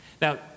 Now